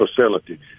facility